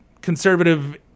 conservative